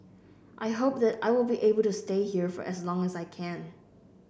I hope that I will be able to stay here for as long as I can